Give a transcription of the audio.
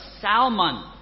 Salmon